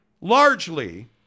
largely